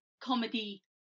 comedy